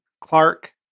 Clark